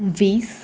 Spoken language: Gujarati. વીસ